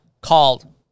called